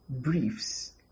briefs